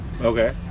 okay